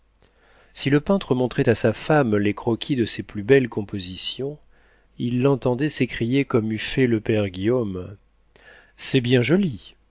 si le peintre montrait à sa femme les croquis de ses plus belles compositions il l'entendait s'écrier comme eût fait le père guillaume c'est bien joli